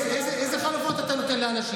אתה לא דואג להם.